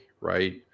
right